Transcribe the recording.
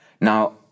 Now